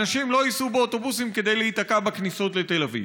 אנשים לא ייסעו באוטובוסים כדי להיתקע בכניסות לתל אביב.